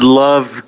love